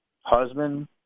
husband